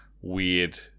weird